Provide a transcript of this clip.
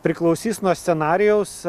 priklausys nuo scenarijaus